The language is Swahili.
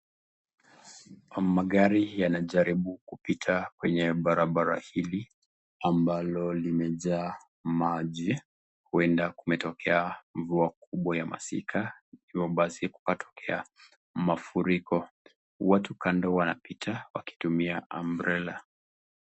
Magari yanajaribu kupita kwenye barabara hili ambalo limejaa maji, huenda kumetokea mvua kubwa ya masika hivo basi kukatokea mafuriko. Watu kando wanapita wakitumia cs[umbrella]cs.